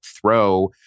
throw